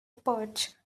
perch